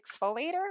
exfoliator